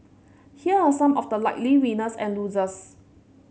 here are some of the likely winners and losers